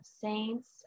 saints